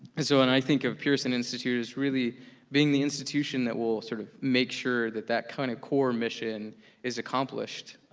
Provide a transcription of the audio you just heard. and so when and i think of pearson institute, as really being the institution that will sort of make sure that that kind of core mission is accomplished,